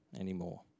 anymore